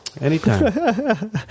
Anytime